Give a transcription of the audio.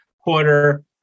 quarter